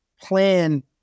plan